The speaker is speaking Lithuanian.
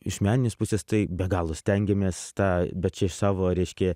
iš meninės pusės tai be galo stengėmės tą bet čia iš savo reiškia